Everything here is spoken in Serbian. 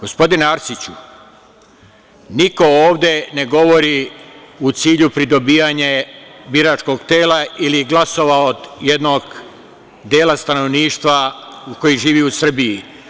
Gospodine Arsiću, niko ovde ne govori u cilju pridobijanja biračkog tela ili glasova od jednog dela stanovništva koji živi u Srbiji.